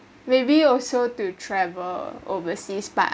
maybe also to travel overseas but